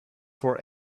for